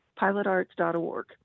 Pilotarts.org